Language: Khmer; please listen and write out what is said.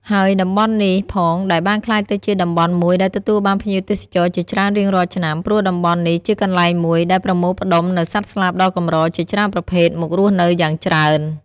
ហើយតំបន់នេះផងដែលបានក្លាយទៅជាតំបន់មួយដែលទទួលបានភ្ញៀវទេសចរជាច្រើនរៀងរាល់ឆ្នាំ ព្រោះតំបន់នេះជាកន្លែងមួយ ដែលប្រមូលផ្តុំនូវសត្វស្លាបដ៏កម្រជាច្រើនប្រភេទមករស់នៅយ៉ាងច្រើន។